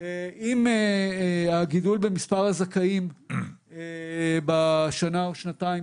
אם הגידול במספר הזכאים בשנה או שנתיים